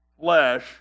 flesh